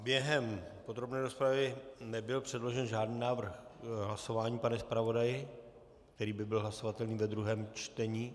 Během podrobné rozpravy nebyl předložen žádný návrh k hlasování, pane zpravodaji, který by byl hlasovatelný ve druhém čtení.